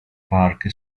park